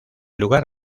lugar